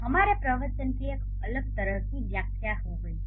हमारे प्रवचन की एक अलग तरह की व्याख्या है